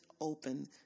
Open